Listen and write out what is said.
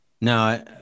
No